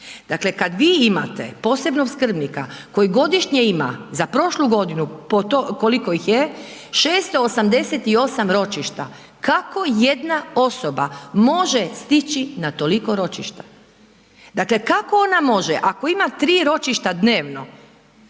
Dakle, kad vi imate posebnog skrbnika koji godišnje ima za prošlu godinu po to koliko ih je 688 ročišta, kako jedna osoba može stići na toliko ročišta. Dakle, kako ona može ako ima 3 ročišta dnevno,